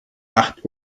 acht